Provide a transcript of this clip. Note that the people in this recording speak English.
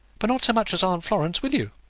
but not so much as aunt florence will you?